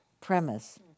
premise